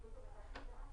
גרורים.